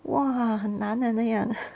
!wah! 很难 leh 那样